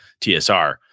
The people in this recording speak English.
TSR